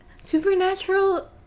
Supernatural